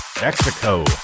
Mexico